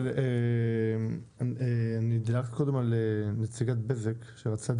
אבל אני דילגתי קודם על נציגת בזק שרצתה